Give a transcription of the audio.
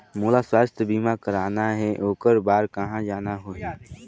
मोला स्वास्थ बीमा कराना हे ओकर बार कहा जाना होही?